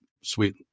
sweet